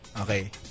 Okay